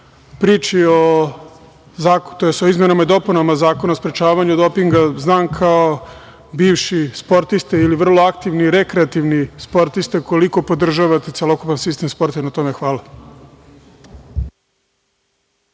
priči o izmenama i dopunama Zakona o sprečavanju dopinga, znam kao bivši sportista ili vrlo aktivni rekreativni sportista, koliko podržavate celokupan sistem sporta i na tome hvala.